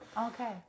Okay